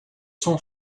son